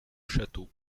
château